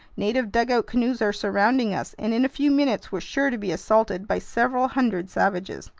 native dugout canoes are surrounding us, and in a few minutes we're sure to be assaulted by several hundred savages.